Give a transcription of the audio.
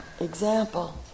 example